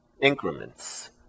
increments